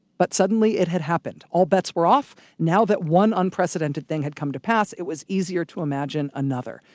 but suddenly it had happened! all bets were off. now that one unprecedented thing had come to pass, it was easier to imagine another.